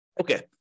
Okay